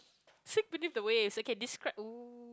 sink beneath the waves okay describe !ooh!